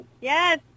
yes